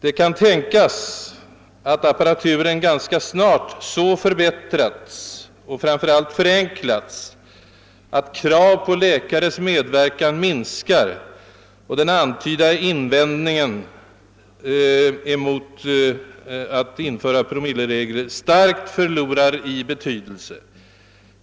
Det kan tänkas att den apparaturen ganska snart har förbättrats och förenklats så, att kraven på läkares medverkan minskar, och då förlorar den nu berörda invändningen mot att införa promilleregler starkt i betydelse.